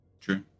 True